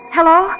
Hello